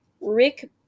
Rick